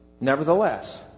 nevertheless